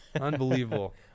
Unbelievable